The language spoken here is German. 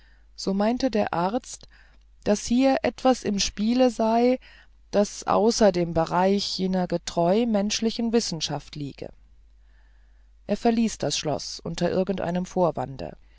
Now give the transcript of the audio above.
so meinte der arzt daß hier etwas im spiele sei was außer dem bereich jeder getreu menschlichen wissenschaft liege er verließ das schloß unter irgendeinem vorwande